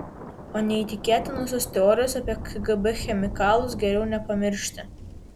o neįtikėtinosios teorijos apie kgb chemikalus geriau nepamiršti